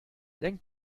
denk